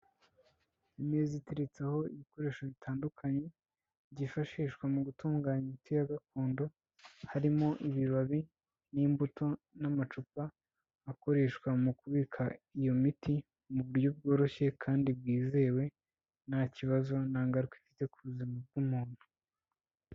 Imeza iteretseho ibikoresho bitandukanye, byifashishwa mu gutunganya imiti ya gakondo, harimo ibibabi n'imbuto n'amacupa akoreshwa mu kubika iyo miti mu buryo bworoshye kandi bwizewe nta kibazo, nta ngaruka ifite ku buzima bw'umuntu.